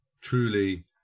Truly